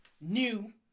new